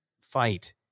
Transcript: fight